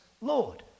Lord